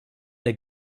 der